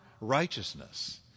righteousness